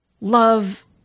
love